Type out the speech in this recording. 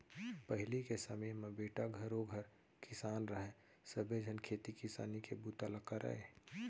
पहिली के समे म बेटा घरों घर किसान रहय सबे झन खेती किसानी के बूता ल करयँ